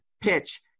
PITCH